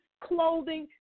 clothing